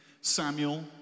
Samuel